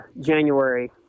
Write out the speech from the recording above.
January